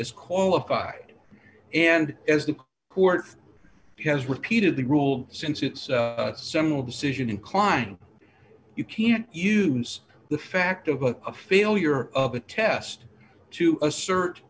as qualified and as the court has repeatedly rule since it's a simple decision incline you can't use the fact of a failure of a test to assert